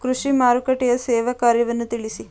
ಕೃಷಿ ಮಾರುಕಟ್ಟೆಯ ಸೇವಾ ಕಾರ್ಯವನ್ನು ತಿಳಿಸಿ?